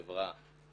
חברה,